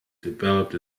developed